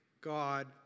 God